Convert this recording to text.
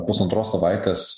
pusantros savaitės